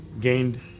gained